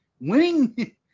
winning